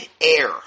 air